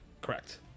Correct